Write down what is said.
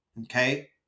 Okay